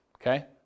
Okay